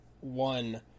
one